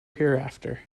hereafter